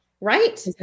Right